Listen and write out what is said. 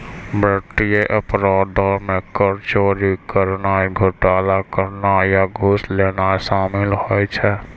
वित्तीय अपराधो मे कर चोरी करनाय, घोटाला करनाय या घूस लेनाय शामिल होय छै